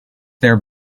their